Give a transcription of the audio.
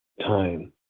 time